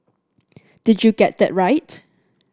did you get that right